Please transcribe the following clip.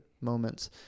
moments